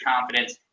confidence